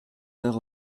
heure